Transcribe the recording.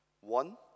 One